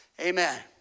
Amen